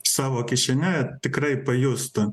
savo kišene tikrai pajustų